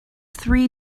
three